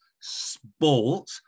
sport